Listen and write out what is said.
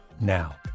now